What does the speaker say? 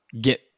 get